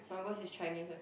my worst is Chinese